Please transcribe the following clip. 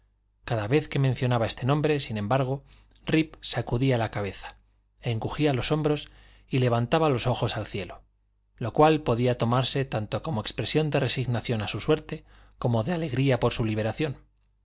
cada vez que se mencionaba este nombre sin embargo rip sacudía la cabeza encogía los hombros y levantaba los ojos al cielo lo cual podía tomarse tanto como expresión de resignación a su suerte como de alegría por su liberación